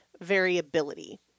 variability